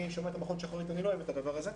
אני שומע על מכון שחרית ואני לא אוהב את הדבר הזה.